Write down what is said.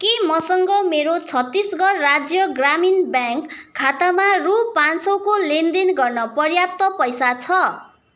के मसँग मेरो छत्तिसगढ राज्य ग्रामीण ब्याङ्क खातामा रु पाँच सय को लेनदेन गर्न पर्याप्त पैसा छ